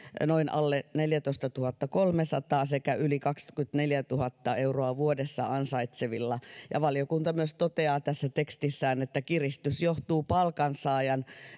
noin alle neljätoistatuhattakolmesataa sekä yli kaksikymmentäneljätuhatta euroa vuodessa ansaitsevilla valiokunta myös toteaa tässä tekstissään että kiristys johtuu palkansaajan